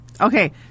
Okay